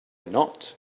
not